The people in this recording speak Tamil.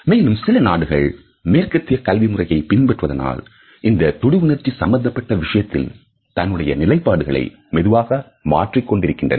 மேலும் சில நாடுகள் மேற்கத்திய கல்வி முறையை பின்பற்றுவதனால் இந்த தொடு உணர்ச்சி சம்பந்தப்பட்ட விஷயத்தில் தன்னுடைய நிலைப்பாடுகளை மெதுவாக மாற்றிக் கொண்டிருக்கின்றன